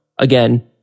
again